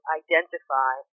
identify